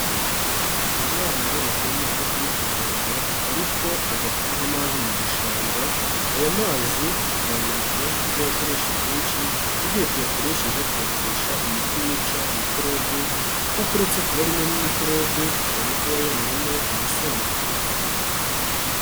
Umwana wavuye mu rugo agiye kuvoma ariko ajya kudaha amazi mu gishanga, aya mazi dukangurirwa kutayakoresha kenshi, n'igihe tuyakoresheje tugakoresha imiti yica mikorobe kuko uretse no kuba arimo mikorobe ushobora kuba yanywamo umusundwe.